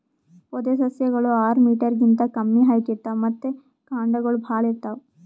ಪೊದೆಸಸ್ಯಗೋಳು ಆರ್ ಮೀಟರ್ ಗಿಂತಾ ಕಮ್ಮಿ ಹೈಟ್ ಇರ್ತವ್ ಮತ್ತ್ ಕಾಂಡಗೊಳ್ ಭಾಳ್ ಇರ್ತವ್